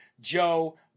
Joe